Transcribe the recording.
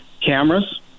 cameras